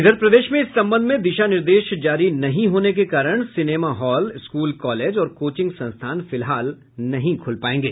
इधर प्रदेश में इस संबंध में दिशा निर्देश जारी नहीं होने के कारण सिनेमा हॉल स्कूल कॉलेज और कोचिंग संस्थान फिलहाल नहीं खुल पायेंगे